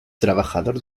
trabajador